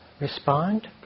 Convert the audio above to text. respond